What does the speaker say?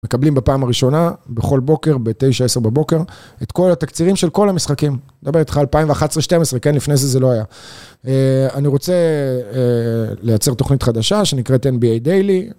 מקבלים בפעם הראשונה, בכל בוקר, ב-9-10 בבוקר, את כל התקצירים של כל המשחקים. מדבר איתך על 2011-2012, כן, לפני זה, זה לא היה. אני רוצה לייצר תוכנית חדשה שנקראת NBA Daily.